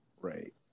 Right